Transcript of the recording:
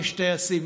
יש טייסים,